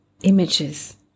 images